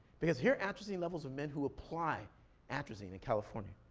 because here are atrazine levels in men who apply atrazine in california.